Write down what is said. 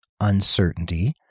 uncertainty